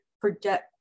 project